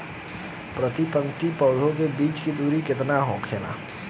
प्रति पंक्ति पौधे के बीच की दूरी केतना होला?